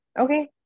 Okay